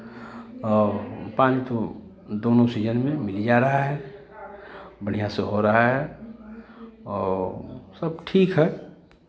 और पानी तो दोनों सीजन में मिल ही जा रहा है बढ़ियाँ से हो रहा है और सब ठीक है